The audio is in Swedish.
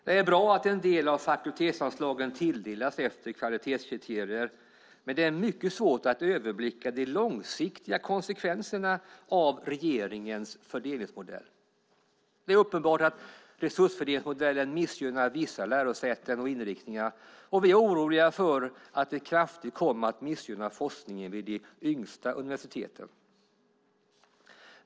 Det är bra att en del av fakultetsanslagen tilldelas efter kvalitetskriterier, men det är mycket svårt att överblicka de långsiktiga konsekvenserna av regeringens fördelningsmodell. Det är uppenbart att resursfördelningsmodellen missgynnar vissa lärosäten och inriktningar, och vi är oroliga för att det kraftigt kommer att missgynna forskningen vid de yngsta universiteten.